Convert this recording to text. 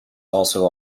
also